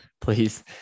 Please